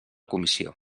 comissió